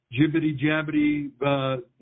jibbity-jabbity